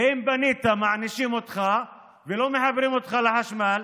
ואם בנית, מענישים אותך ולא מחברים אותך לחשמל.